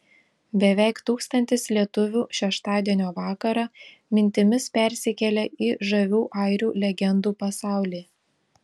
beveik tūkstantis lietuvių šeštadienio vakarą mintimis persikėlė į žavių airių legendų pasaulį